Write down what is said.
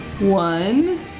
One